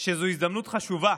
שזו הזדמנות חשובה